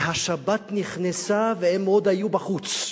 והשבת נכנסה והם עוד היו בחוץ.